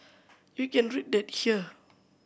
you can read that here